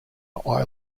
own